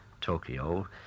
Tokyo